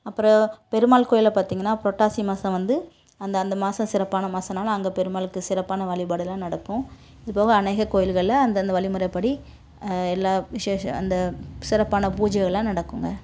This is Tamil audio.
அப்புறம் பெருமாள் கோயிலில் பார்த்தீங்கன்னா புரட்டாசி மாதம் வந்து அந்த அந்த மாதம் சிறப்பான மாதனால அங்கே பெருமாளுக்கு சிறப்பான வழிபாடெலாம் நடக்கும் இதுபோக அநேக கோயிலுகளில் அந்த அந்த வழிமுறைபடி எல்லா விசேஷம் அந்த சிறப்பான பூஜையெலாம் நடக்குதுங்க